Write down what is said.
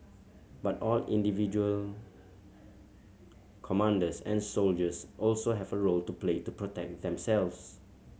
but all individual commanders and soldiers also have a role to play to protect themselves